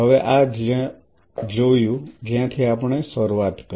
હવે આ જોયું જ્યાંથી આપણે શરૂઆત કરી